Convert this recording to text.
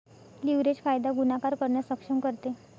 leverage फायदा गुणाकार करण्यास सक्षम करते